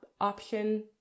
option